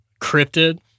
cryptid